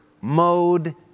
mode